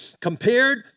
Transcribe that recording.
compared